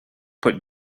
put